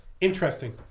Interesting